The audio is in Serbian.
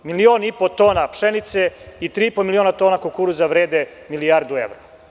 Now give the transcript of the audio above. Milion i po tona pšenice i tri i po miliona tona kukuruza vrede milijardu evra.